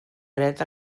dret